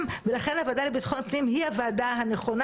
הוועדה לביטחון הפנים היא הוועדה הנכונה,